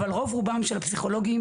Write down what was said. אבל רוב-רובם של הפסיכולוגים